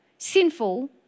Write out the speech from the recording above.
sinful